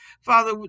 Father